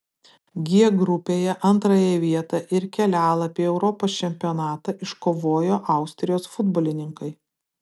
g grupėje antrąją vietą ir kelialapį europos čempionatą iškovojo austrijos futbolininkai